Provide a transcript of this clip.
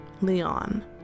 Leon